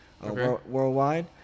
Worldwide